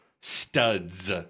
Studs